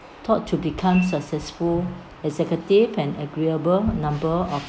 taught to become successful executive and agreeable number of